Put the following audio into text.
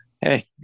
hey